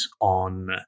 on